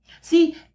See